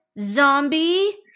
zombie